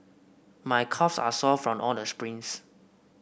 my calves are sore from all the sprints